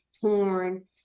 torn